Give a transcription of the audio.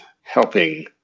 helping